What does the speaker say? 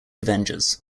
avengers